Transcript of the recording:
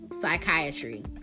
psychiatry